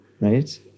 right